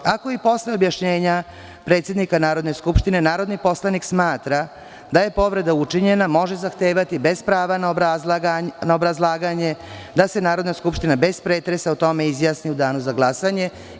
Sledeći stav - Ako i posle objašnjenja predsednika Narodne skupštine narodni poslanik smatra da je povreda učinjena, može zahtevati, bez prava na obrazlaganje, da se Narodna skupština bez pretresa, o tome izjasni u danu za glasanje.